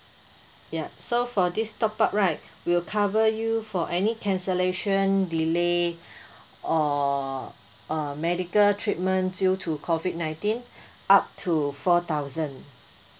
yup so for this top up right we'll cover you for any cancellation delay or uh medical treatment due to COVID nineteen up to four thousand